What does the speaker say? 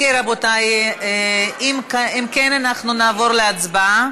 רבותי, אם כן, אנחנו נעבור להצבעה.